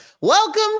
Welcome